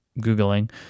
Googling